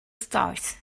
stars